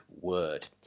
word